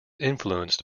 influenced